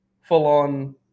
full-on